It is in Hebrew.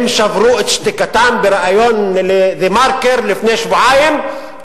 הם שברו את שתיקתם בריאיון ב"דה מרקר" לפני שבועיים,